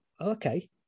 Okay